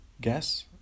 Guess